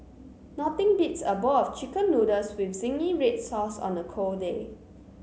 nothing beats a bowl of chicken noodles with zingy red sauce on a cold day